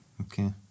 Okay